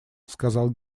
сказал